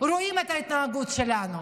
רואים את ההתנהגות שלנו.